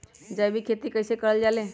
जैविक खेती कई से करल जाले?